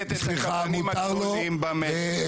היא מייצגת את הקבלנים הגדולים במשק.